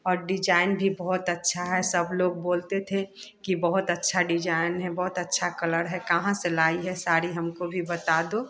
और डिज़ाइन भी बहुत अच्छा है सब लोग बोलते थे कि बहुत अच्छा डिज़ाइन है बहुत अच्छा कलर है कहाँ से लाई है साड़ी हम को भी बता दो